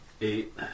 Eight